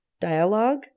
dialogue